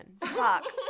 Fuck